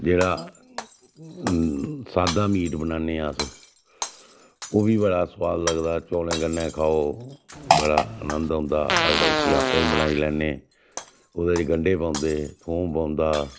जेह्ड़ा सादा मीट बनान्ने अस ओह् बी बड़ा सुआद लगदा चौलें कन्नै खाओ बड़ा आनंद औंदा अस उसी आपें बनाई लैन्ने ओह्दे च गंढे पौंदे थोम पौंदा